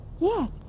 Yes